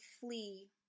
flee